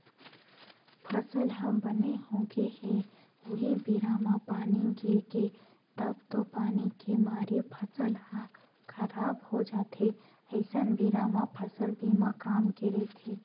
फसल ह बने होगे हे उहीं बेरा म पानी गिरगे तब तो पानी के मारे फसल ह खराब हो जाथे अइसन बेरा म फसल बीमा काम के रहिथे